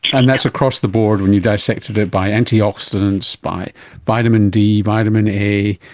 and that's across the board when you dissected it by antioxidants, by vitamin d, vitamin a,